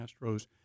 Astros